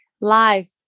life